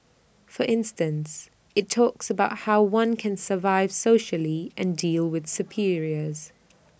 for instance IT talks about how one can survive socially and deal with superiors